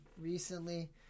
recently